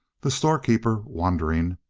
the storekeeper, wondering,